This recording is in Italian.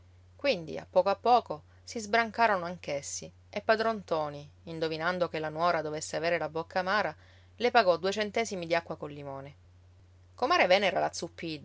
quindi a poco a poco si sbrancarono anch'essi e padron ntoni indovinando che la nuora dovesse avere la bocca amara le pagò due centesimi di acqua col limone comare venera la